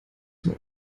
zum